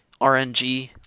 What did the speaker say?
RNG